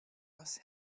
was